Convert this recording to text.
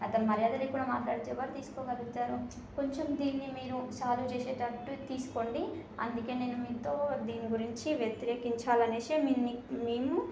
అతను మర్యాద లేకుండా మాట్లాడితే ఎవరు తీసుకోగలుగుతారు కొంచెం దీన్ని మీరు సాల్వ్ చేసేటట్టు తీసుకోండి అందుకే నేను మీతో దీని గురించి వ్యతిరేకించాలి అనేసి మేము మీకు మేము